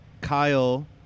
Kyle